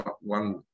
one